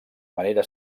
manera